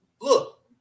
Look